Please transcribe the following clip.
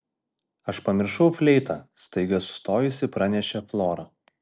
aš pamiršau fleitą staiga sustojusi pranešė flora